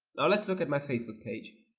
now let's look at my facebook page as